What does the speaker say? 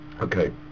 Okay